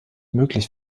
möglich